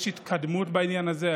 יש התקדמות בעניין הזה.